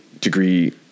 degree